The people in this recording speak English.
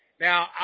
Now